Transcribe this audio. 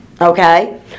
okay